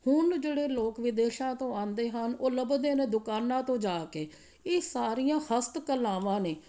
ਹੁਣ ਜਿਹੜੇ ਲੋਕ ਵਿਦੇਸ਼ਾਂ ਤੋਂ ਆਉਂਦੇ ਹਨ ਉਹ ਲੱਭਦੇ ਨੇ ਦੁਕਾਨਾਂ ਤੋਂ ਜਾ ਕੇ ਇਹ ਸਾਰੀਆਂ ਹਸਤ ਕਲਾਵਾਂ ਨੇ